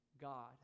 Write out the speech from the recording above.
God